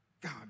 god